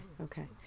okay